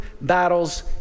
battles